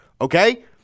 Okay